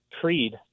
Creed